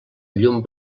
llum